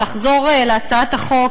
לחזור להצעת החוק,